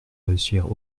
réussir